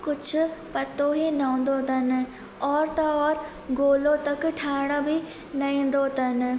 कुझु पतो ई न हूंदो अथनि और त और गोलो तक ठाहिण बि न ईंदो अथनि